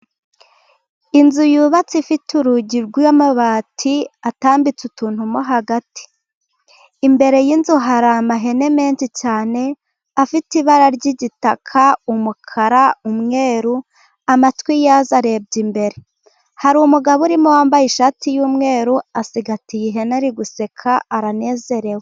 Inzu yubatse ifite urugi rw'amabati atambitse utuntu mo hagati. Imbere y'inzu hari ihene nyinshi cyane zifite ibara ry'igitaka, umukara, umweru. Amatwi yazo arebye imbere. Hari umugabo urimo wambaye ishati y'umweru, asigagatiye ihene, ari guseka aranezerewe.